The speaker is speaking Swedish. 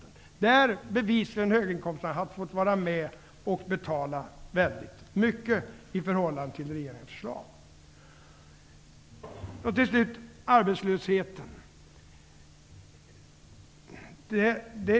Med en sådan skatt hade bevisligen höginkomsttagarna fått vara med och betala mycket i förhållande till regeringens förslag. Till slut arbetslösheten.